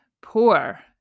poor